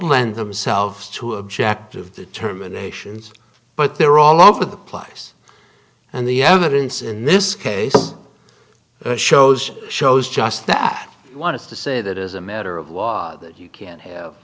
lend themselves to objective determinations but they're all over the place and the evidence in this case shows shows just that you want to say that as a matter of law that you can't have